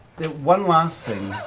one last thing.